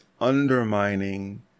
undermining